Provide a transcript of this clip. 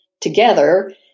together